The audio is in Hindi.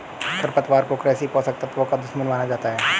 खरपतवार को कृषि पोषक तत्वों का दुश्मन माना जाता है